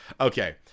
Okay